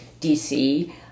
DC